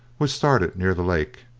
which started near the lake,